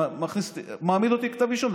כתב אישום.